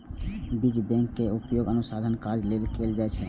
बीज बैंक केर उपयोग अनुसंधान कार्य लेल कैल जाइ छै